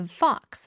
fox